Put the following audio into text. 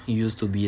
used to be